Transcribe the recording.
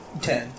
ten